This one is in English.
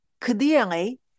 clearly